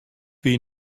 wie